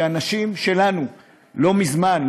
שאנשים שלנו לא מזמן,